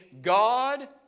God